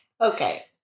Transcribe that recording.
Okay